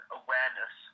awareness